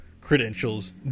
credentials